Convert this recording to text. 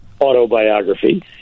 autobiography